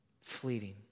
fleeting